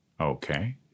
Okay